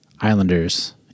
Islanders